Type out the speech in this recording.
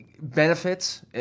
benefits